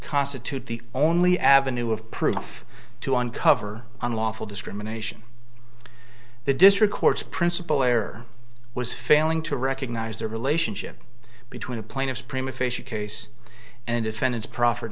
constitute the only avenue of proof to uncover unlawful discrimination the district courts principle error was failing to recognize the relationship between a plaintiff's prima facie case and defendant's prof